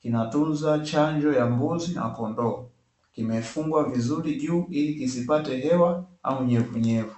kinatunza chanjo ya mbuzi na kondoo kimefungwa vizuri juu ili isipate hewa au unyevunyevu.